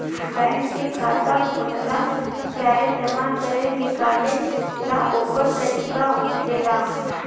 bank में खाता खोलेला चाहे जमा करे निकाले ला ओकर तरीका होखेला